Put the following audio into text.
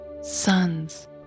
sons